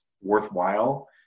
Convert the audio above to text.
worthwhile